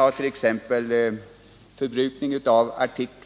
Artiklar som tillverkas